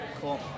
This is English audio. cool